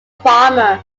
farmer